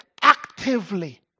actively